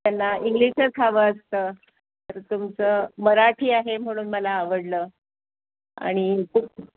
त्यांना इंग्लिशच हवं असतं तर तुमचं मराठी आहे म्हणून मला आवडलं आणि